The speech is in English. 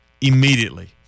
immediately